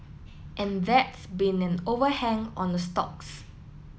and that's been an overhang on the stocks